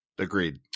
Agreed